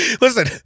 Listen